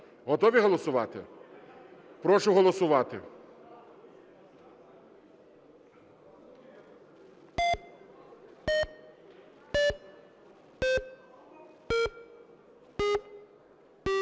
Готові голосувати? Прошу голосувати.